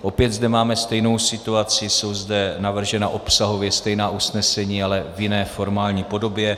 Opět zde máme stejnou situaci, jsou zde navržena obsahově stejná usnesení, ale v jiné formální podobě.